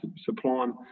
supplying